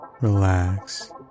relax